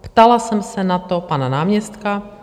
Ptala jsem se na to pana náměstka.